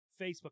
Facebook